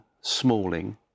Smalling